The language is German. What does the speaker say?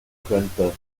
könnte